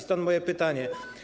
Stąd moje pytanie.